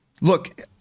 look